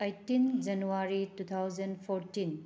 eighteen January two thousand fourteen